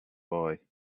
boy